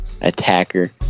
Attacker